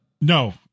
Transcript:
no